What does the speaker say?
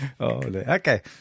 Okay